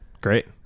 Great